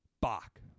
Bach